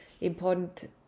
important